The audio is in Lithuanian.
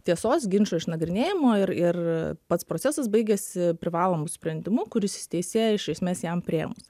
tiesos ginčo išnagrinėjimo ir ir pats procesas baigiasi privalomu sprendimu kuris įsiteisėja iš esmės jam priėmus